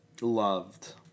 Loved